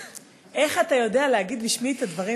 איך אתה יודע להגיד בשמי את הדברים,